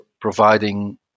providing